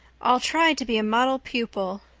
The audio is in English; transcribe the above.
i'll try to be a model pupil,